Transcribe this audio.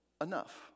enough